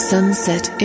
Sunset